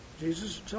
Jesus